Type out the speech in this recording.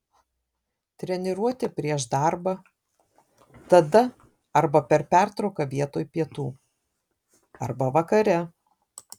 treniruotė prieš darbą tada arba per pertrauką vietoj pietų arba vakare